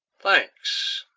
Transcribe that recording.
thanks!